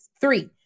three